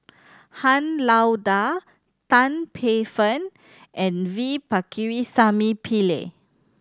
Han Lao Da Tan Paey Fern and V Pakirisamy Pillai